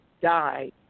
died